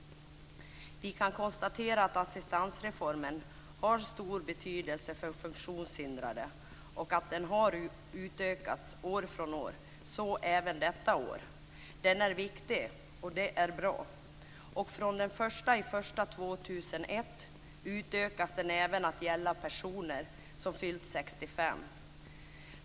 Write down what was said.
Assistansreformen har stor betydelse för funktionshindrade och har utökats år från år, och så även detta år. Den är viktig, och den är bra. Från den 1 januari 2001 utökas den även till att gälla personer som fyllt 65 år.